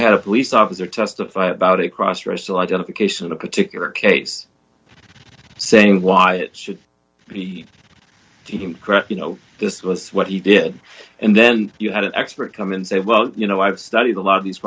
had a police officer testify about across racial identification a particular case saying why it should be impressed you know this was what he did and then you had an expert come and say well you know i've studied a lot of these